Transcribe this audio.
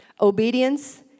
Obedience